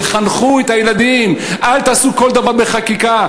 תחנכו את הילדים, אל תעשו כל דבר בחקיקה.